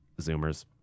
Zoomers